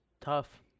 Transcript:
tough